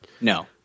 No